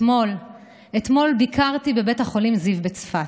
אתמול ביקרתי בבית החולים זיו בצפת.